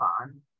on